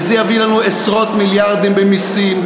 וזה יביא לנו עשרות מיליארדים במסים,